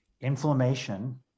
inflammation